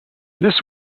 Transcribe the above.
this